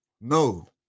No